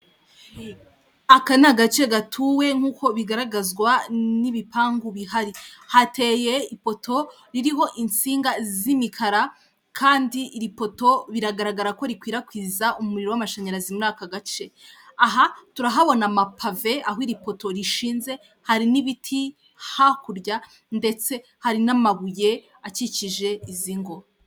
Aka ni agace gatuwe nk'uko bigaragazwa n'ibipangu bihari, hateye ipoto ririho insinga z'imikara kandi iri poto biragaragara ko rikwirakwiza umuriro w'amashanyarazi muri aka gace aha turahabona amapave aho iri poto rishinze, hari n'ibiti hakurya ndetse hari n'amabuye akikije izi ngo.